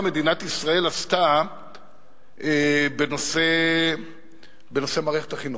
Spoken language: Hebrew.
מדינת ישראל עשתה בנושא מערכת החינוך.